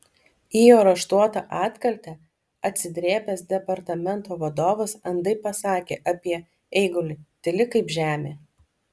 į jo raštuotą atkaltę atsidrėbęs departamento vadovas andai pasakė apie eigulį tyli kaip žemė